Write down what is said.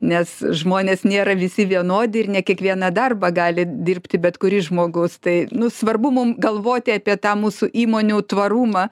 nes žmonės nėra visi vienodi ir ne kiekvieną darbą gali dirbti bet kuris žmogus tai nu svarbu mum galvoti apie tą mūsų įmonių tvarumą